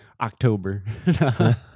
October